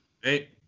Hey